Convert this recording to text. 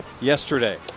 yesterday